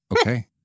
okay